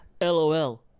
LOL